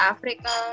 Africa